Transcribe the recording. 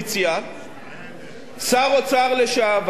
שר אוצר לשעבר, מאיר שטרית.